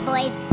boys